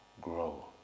Grow